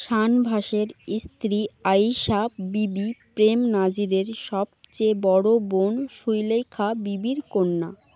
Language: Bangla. শানভাসের স্ত্রী আয়েশা বিবি প্রেম নাজিরের সবচেয়ে বড়ো বোন সুলেখা বিবির কন্যা